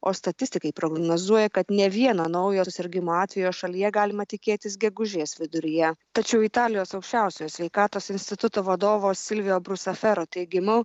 o statistikai prognozuoja kad ne vieno naujo susirgimo atvejo šalyje galima tikėtis gegužės viduryje tačiau italijos aukščiausiojo sveikatos instituto vadovo silvija brusafero teigimu